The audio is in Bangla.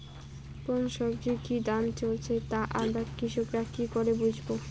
কোন সব্জির কি দাম চলছে তা আমরা কৃষক রা কি করে বুঝবো?